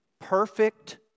perfect